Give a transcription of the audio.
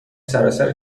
سراسر